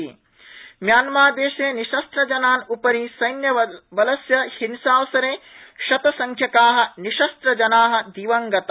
Myanmar हिंसा Myanmar देशे निशस्त्रजनान् उपरि सैन्यबलस्य हिंसावसरेशतसंख्यका निशस्त्रजना दिवंगता